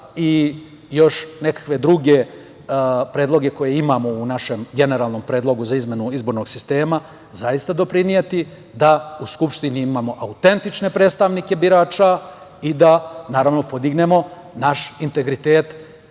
i još nekakve druge predloge koje imamo u našem generalnom predlogu za izmenu izbornog sistema zaista doprineti da u Skupštini imamo autentične predstavnike birača i da, naravno, podignemo naš integritet.